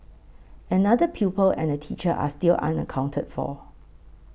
another pupil and a teacher are still unaccounted for